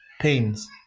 pains